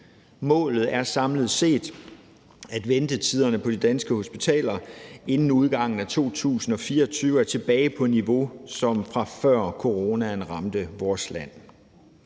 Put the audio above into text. Målet er samlet set, at ventetiderne på de danske hospitaler inden udgangen af 2024 er tilbage på niveauet, som de var på, før coronaen ramte vores land.